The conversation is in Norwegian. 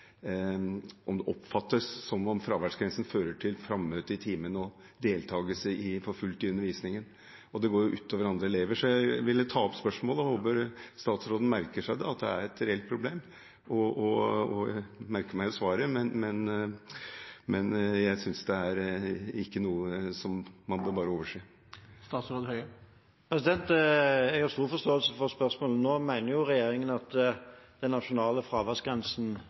frammøte i timene og full deltagelse i undervisningen. Dette går også ut over andre elever. Jeg ville ta opp spørsmålet og håper statsråden merker seg at dette er et reelt problem. Jeg merker meg jo svaret, men jeg synes at dette ikke er noe som man bare kan overse. Jeg har stor forståelse for spørsmålet. Regjeringen mener at den nasjonale fraværsgrensen